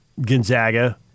Gonzaga